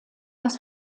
das